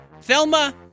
Thelma